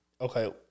Okay